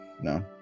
No